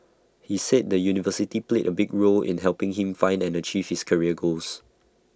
he said the university played A big role in helping him find and achieve his career goals